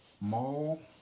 mall